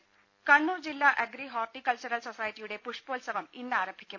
ദേഴ കണ്ണൂർ ജില്ലാ agri horticultural സൊസൈറ്റിയുടെ പുഷ്പോത്സവം ഇന്നാരംഭിക്കും